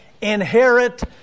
Inherit